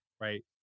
right